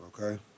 okay